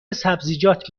سبزیجات